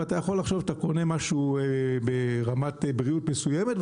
ואתה יכול לחשוב שאתה קונה משהו ברמת בריאות מסוימת,